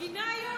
הוא גינה היום.